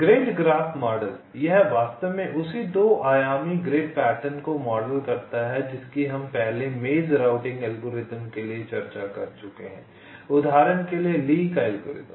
grid graph model यह वास्तव में उसी 2 आयामी ग्रिड पैटर्न को मॉडल करता है जिसकी हम पहले मेज़ राउटिंग एल्गोरिदम के लिए चर्चा कर चुके हैं उदाहरण के लिए ली का एल्गोरिथ्म